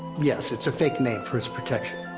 yes. it's a fake name for his protection.